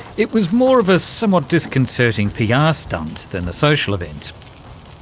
it was more of a somewhat disconcerting pr yeah ah stunt than a social event.